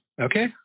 Okay